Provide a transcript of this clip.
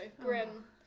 grim